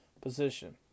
position